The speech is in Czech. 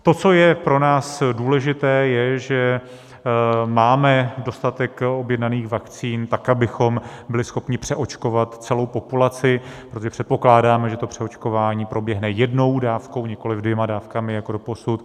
To, co je pro nás důležité, je, že máme dostatek objednaných vakcín, tak abychom byli schopni přeočkovat celou populaci, protože předpokládáme, že přeočkování proběhne jednou dávkou, nikoliv dvěma dávkami jako doposud.